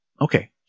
Okay